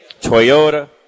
Toyota